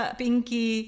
pinky